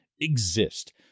exist